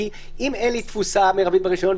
כי אם אין לי תפוסה מרבית ברישיון,